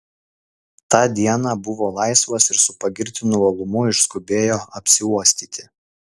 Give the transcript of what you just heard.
tą dieną buvo laisvas ir su pagirtinu uolumu išskubėjo apsiuostyti